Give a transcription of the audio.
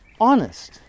honest